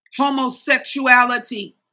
Homosexuality